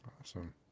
Awesome